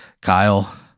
Kyle